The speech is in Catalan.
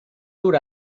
dur